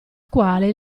quale